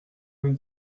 vingt